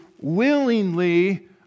willingly